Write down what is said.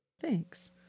Thanks